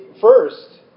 first